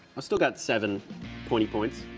i still got seven pointy points.